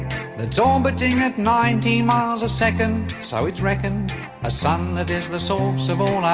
and so orbiting at nineteen miles a second, so it's reckoneda ah sun that is the source of all